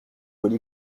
colis